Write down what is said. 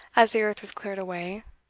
as the earth was cleared away,